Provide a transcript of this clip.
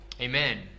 Amen